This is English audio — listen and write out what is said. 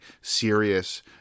serious